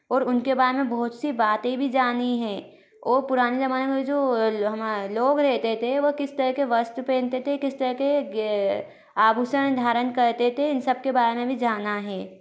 और उन के बारे में बहुत सी बातें भी जानी है और पुराने ज़माने में जो हम लोग रहते थे वो किस तरह के वस्त्र पहनते थे किस तरह के गे आभूषण धारण करते थे इन सब के बारे में भी जाना है